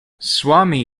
swami